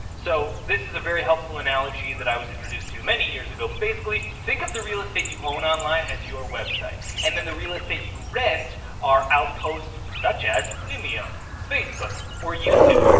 so this is a very helpful analogy that i was introduced to many years ago, but basically think of the real estate you own online as your website and then the real estate you rent are outposts such as vimeo, facebook or youtube.